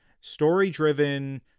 story-driven